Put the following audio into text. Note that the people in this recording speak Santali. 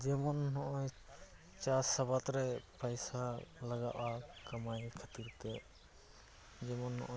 ᱡᱮᱢᱚᱱ ᱱᱚᱜᱼᱚᱭ ᱪᱟᱥ ᱟᱵᱟᱫᱽᱨᱮ ᱯᱟᱭᱥᱟ ᱞᱟᱜᱟᱣᱚᱜᱼᱟ ᱠᱟᱢᱟᱭ ᱠᱷᱟᱹᱛᱤᱨᱛᱮ ᱡᱮᱢᱚᱱ ᱱᱚᱜᱼᱚᱭ